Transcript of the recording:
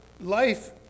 life